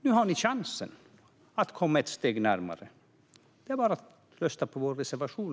Nu har ni chansen att komma ett steg närmare. Det är bara att rösta på vår reservation.